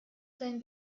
seinen